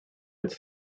its